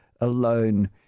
alone